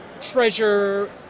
treasure